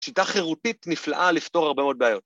‫שיטה חירותית נפלאה לפתור ‫הרבה מאוד בעיות.